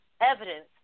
evidence